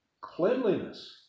Cleanliness